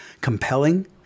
compelling